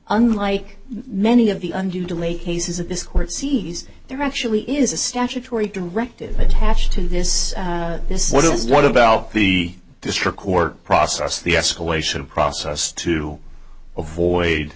unlike many of the undue delay cases of this court sees there actually is a statutory directive attached to this this what is what about the district court process the escalation process to avoid